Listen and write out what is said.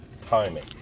timing